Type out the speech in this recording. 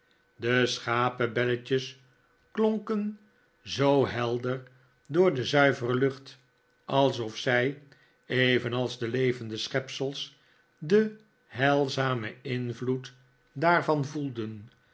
de schapenbelletjes klonken zoo helder door de zuivere lucht alsof zij evenals de levende schepsels den heilzamen invloed daarvan voelden